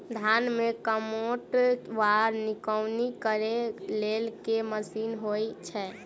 धान मे कमोट वा निकौनी करै लेल केँ मशीन होइ छै?